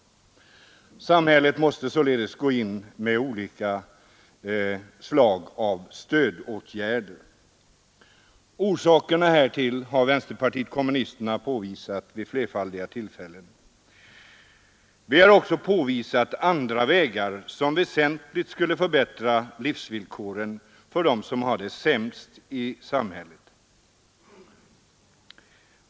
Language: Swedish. Samhället måste gå in och ge stöd av olika slag. Orsakerna härtill har vänsterpartiet kommunisterna påvisat vid flerfaldiga tillfällen. Vi har också påvisat andra vägar som väsentligt skulle förbättra livsvillkoren för dem som har det sämst i samhället.